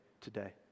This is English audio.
today